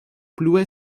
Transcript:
plue